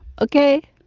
okay